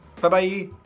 Bye-bye